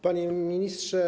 Panie Ministrze!